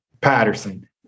Patterson